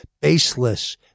baseless